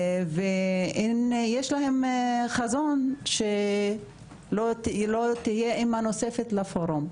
ויש להם חזון שלא תהיה אימא נוספת לפורום.